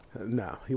No